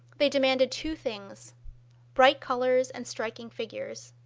they demanded two things bright colors and striking figures.